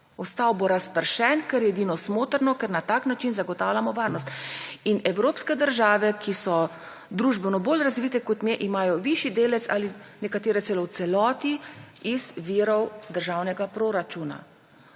Ostal bo razpršen, kar je edino smotrno, ker na tak način zagotavljamo varnost in evropske države, ki so družbeno bolj razvite, kot me, imajo višji delež(?) ali nekatere celo v celoti, iz virov državnega proračuna.